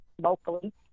locally